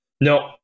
No